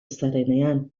zarenean